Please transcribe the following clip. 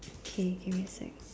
kay give me sec